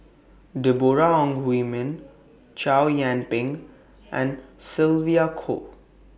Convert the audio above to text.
Deborah Ong Hui Min Chow Yian Ping and Sylvia Kho